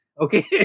Okay